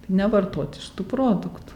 nevartoti šitų produktų